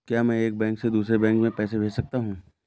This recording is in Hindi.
क्या मैं एक बैंक से दूसरे बैंक में पैसे भेज सकता हूँ?